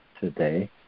Today